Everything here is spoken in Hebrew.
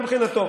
מבחינתו,